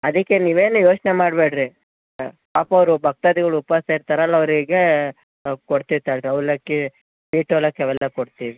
ಅದಕ್ಕೆ ನೀವೇನು ಯೋಚನೆ ಮಾಡಬೇಡ್ರಿ ಹಾಂ ಪಾಪ ಅವರು ಭಕ್ತಾದಿಗಳು ಉಪವಾಸ ಇರ್ತಾರಲ್ಲ ಅವ್ರಿಗೆ ಕೊಡ್ತಿವಿ ತಾಳಿರಿ ಅವಲಕ್ಕಿ ಸ್ವೀಟ್ ಅವಲಕ್ಕಿ ಅವೆಲ್ಲ ಕೊಡ್ತೀವಿ